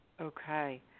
Okay